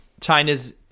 china's